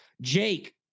Jake